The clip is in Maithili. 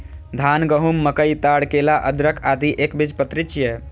धान, गहूम, मकई, ताड़, केला, अदरक, आदि एकबीजपत्री छियै